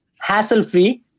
hassle-free